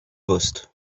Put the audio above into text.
bust